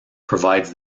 provides